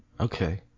Okay